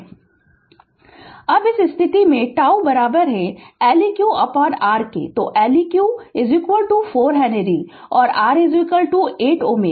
Refer Slide Time 0339 अब इस स्थिति में τ LeqR तो Leq 4 हेनरी और R 8 Ω